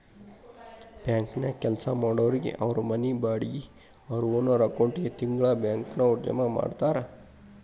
ಬ್ಯಾಂಕನ್ಯಾಗ್ ಕೆಲ್ಸಾ ಮಾಡೊರಿಗೆ ಅವ್ರ್ ಮನಿ ಬಾಡ್ಗಿ ಅವ್ರ್ ಓನರ್ ಅಕೌಂಟಿಗೆ ತಿಂಗ್ಳಾ ಬ್ಯಾಂಕ್ನವ್ರ ಜಮಾ ಮಾಡ್ತಾರ